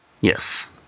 yes